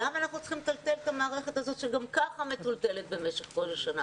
למה אנחנו צריכים לטלטל את המערכת הזאת שגם ככה מטולטלת במשך כל השנה?